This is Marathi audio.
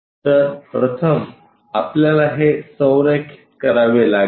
तरप्रथम आपल्याला हे संरेखित करावे लागेल